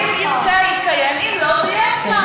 אם ירצה, יתקיים, אם לא, זה יהיה אצלה.